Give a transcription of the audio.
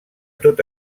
tot